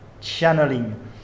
channeling